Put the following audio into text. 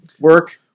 Work